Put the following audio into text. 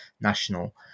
national